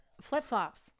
Flip-flops